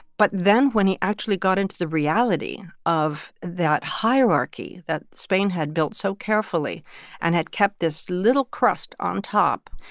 but then when he actually got into the reality of that hierarchy that spain had built so carefully and had kept this little crust on top,